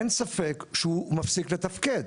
אין ספק שהוא מפסיק לתפקד.